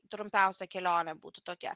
trumpiausia kelionė būtų tokia